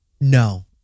no